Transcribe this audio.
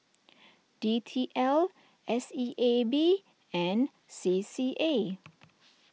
D T L S E A B and C C A